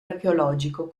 archeologico